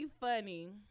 funny